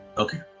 Okay